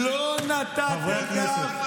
חברי הכנסת,